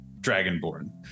dragonborn